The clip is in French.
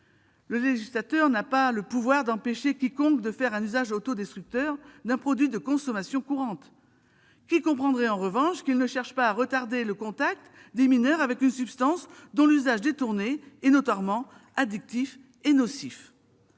Le législateur n'a pas le pouvoir d'empêcher quiconque de faire un usage autodestructeur d'un produit de consommation courante. Qui comprendrait, en revanche, qu'il ne cherche pas à retarder le contact des mineurs avec une substance dont l'usage détourné est notoirement addictif et nocif ?